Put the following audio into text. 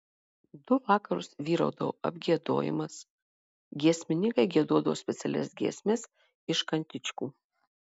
du vakarus vyraudavo apgiedojimas giesmininkai giedodavo specialias giesmes iš kantičkų